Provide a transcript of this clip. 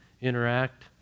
interact